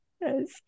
Yes